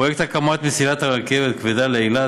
פרויקט הקמת מסילת הרכבת הכבדה לאילת